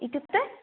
इत्युक्ते